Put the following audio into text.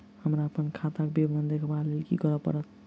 हमरा अप्पन खाताक विवरण देखबा लेल की करऽ पड़त?